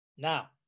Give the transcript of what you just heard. Now